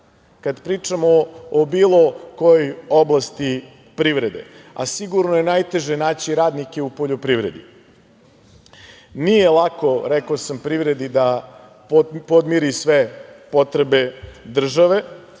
kada pričamo o bilo kojoj oblasti privrede, a sigurno je najteže naći radnike u poljoprivredi. Nije lako, rekao sam, privredi da podmiri sve potrebe države,